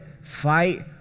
fight